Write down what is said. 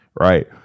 right